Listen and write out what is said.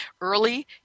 early